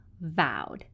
vowed